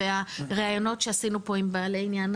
והראיונות שעשינו פה עם בעלי עניין,